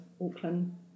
Auckland